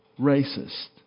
Racist